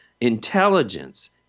intelligence